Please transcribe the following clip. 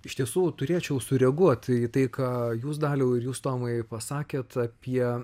iš tiesų turėčiau sureaguot į tai ką jūs daliau ir jūs tomai pasakėt apie